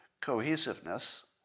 cohesiveness